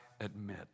admit